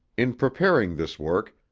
in preparing this work,